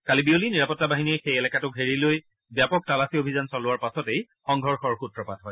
কালি বিয়লি নিৰাপত্তা বাহিনীয়ে সেই এলেকাটো ঘেৰি লৈ ব্যাপক তালাচী অভিযান চলোৱাৰ পাছতেই সংঘৰ্ষৰ সূত্ৰপাত হয়